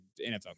NFL